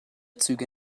züge